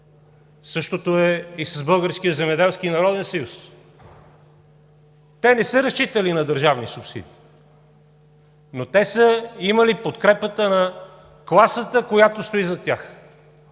народен съюз. Те не са разчитали на държавни субсидии, но са имали подкрепата на класата, която стои зад тях,